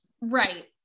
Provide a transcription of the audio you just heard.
right